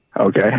Okay